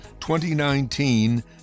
2019